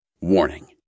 Warning